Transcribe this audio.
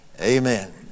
Amen